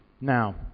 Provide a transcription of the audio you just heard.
Now